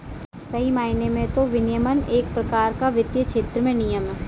सही मायने में तो विनियमन एक प्रकार का वित्तीय क्षेत्र में नियम है